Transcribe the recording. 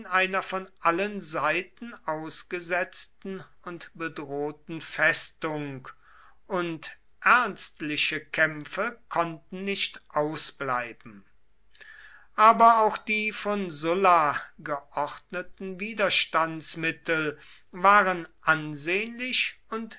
einer von allen seiten ausgesetzten und bedrohten festung und ernstliche kämpfe konnten nicht ausbleiben aber auch die von sulla geordneten widerstandsmittel waren ansehnlich und